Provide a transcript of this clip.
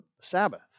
Sabbath